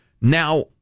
Now